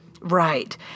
Right